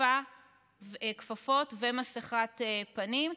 כפפות ומסכת פנים,